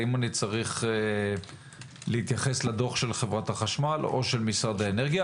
האם אני צריך להתייחס לדוח של חברת החשמל או של משרד האנרגיה